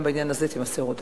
גם בעניין הזה תימסר הודעה.